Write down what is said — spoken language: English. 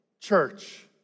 church